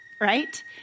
right